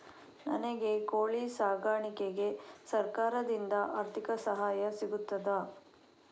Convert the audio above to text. ನನಗೆ ಕೋಳಿ ಸಾಕಾಣಿಕೆಗೆ ಸರಕಾರದಿಂದ ಆರ್ಥಿಕ ಸಹಾಯ ಸಿಗುತ್ತದಾ?